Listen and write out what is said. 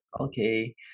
okay